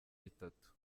bitatu